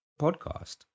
Podcast